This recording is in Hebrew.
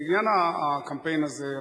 לעניין הקמפיין הזה,